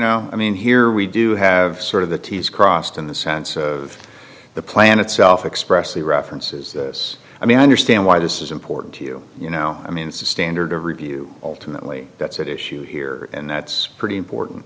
know i mean here we do have sort of the t's crossed in the sense of the plan itself expressly references this i mean i understand why this is important to you you know i mean it's the standard of review alternately that's at issue here and that's pretty important